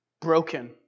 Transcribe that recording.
broken